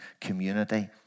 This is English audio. community